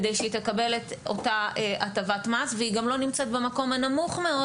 כדי שהיא תקבל את אותה הטבת מס והיא גם לא נמצאת במקום הנמוך מאוד,